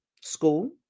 school